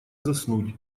заснуть